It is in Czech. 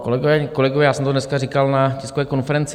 Kolegyně, kolegové já jsem to dneska říkal na tiskové konferenci.